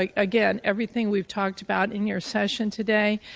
like again, everything we've talked about in your session today,